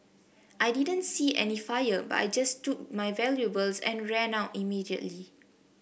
I didn't see any fire but I just took my valuables and ran out immediately